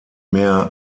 mehr